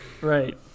right